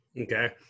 Okay